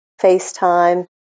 FaceTime